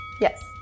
Yes